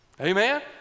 Amen